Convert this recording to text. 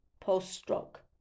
post-stroke